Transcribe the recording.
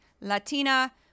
Latina